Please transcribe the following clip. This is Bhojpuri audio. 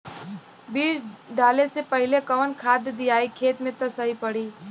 बीज डाले से पहिले कवन खाद्य दियायी खेत में त सही पड़ी?